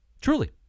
truly